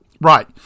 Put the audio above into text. right